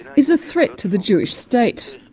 is a threat to the jewish state.